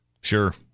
sure